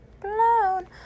blown